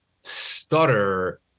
stutter